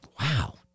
wow